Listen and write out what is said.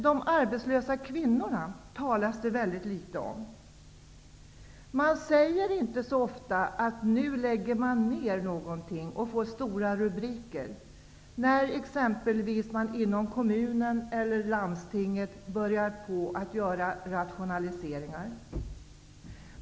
De arbetslösa kvinnorna talas det emellertid mycket litet om. Det blir inte stora rubriker när det sägs att något skall läggas ned, när det exempelvis rationaliseras inom kommun och landsting.